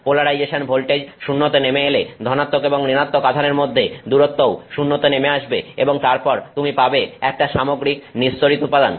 polarisation voltage 0 তে নেমে এলে ধনাত্মক এবং ঋণাত্মক আধানের মধ্যে দূরত্বও 0 তে নেমে আসবে এবং তারপর তুমি পাবে একটা সামগ্রিক নিস্তড়িত উপাদান